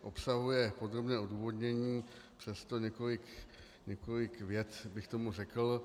Obsahuje podrobné odůvodnění, přesto několik vět bych k tomu řekl.